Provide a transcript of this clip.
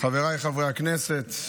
חבריי חברי הכנסת,